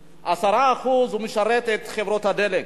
10% הוא משרת את חברות הדלק,